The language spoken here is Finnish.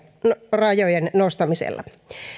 ylärajojen nostamisella